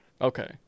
Okay